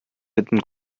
witten